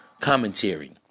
commentary